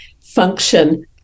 function